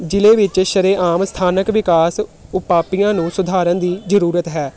ਜ਼ਿਲ੍ਹੇ ਵਿੱਚ ਸ਼ਰੇਆਮ ਸਥਾਨਕ ਵਿਕਾਸ ਉਪਾਧੀਆਂ ਨੂੰ ਸੁਧਾਰਨ ਦੀ ਜ਼ਰੂਰਤ ਹੈ